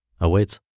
awaits